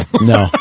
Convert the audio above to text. No